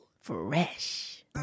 fresh